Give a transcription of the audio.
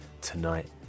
tonight